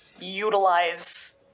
utilize